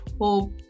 hope